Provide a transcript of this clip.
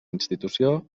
institució